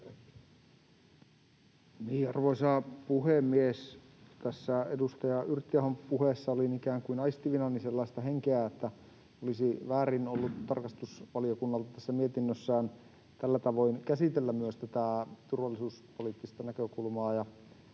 Arvoisa puhemies! Tässä edustaja Yrttiahon puheessa olin ikään kuin aistivinani sellaista henkeä, että olisi väärin ollut tarkastusvaliokunnalta tässä mietinnössään tällä tavoin käsitellä myös tätä turvallisuuspoliittista näkökulmaa